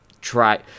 try